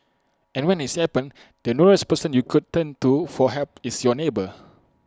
and when its happens the nearest person you could turn to for help is your neighbour